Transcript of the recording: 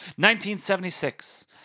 1976